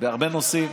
בהרבה נושאים.